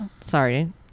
sorry